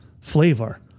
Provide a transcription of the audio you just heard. flavor